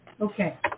Okay